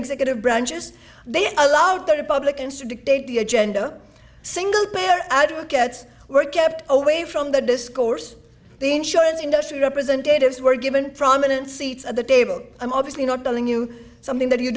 executive branches they allowed the republicans to dictate the agenda single payer advocates were kept away from the discourse the insurance industry representatives were given prominent seats at the table i'm obviously not telling you something that you